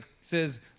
says